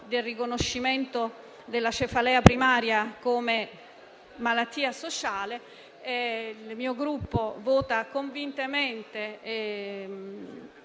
del riconoscimento della cefalea primaria come malattia sociale, è importante. Il mio Gruppo voterà convintamente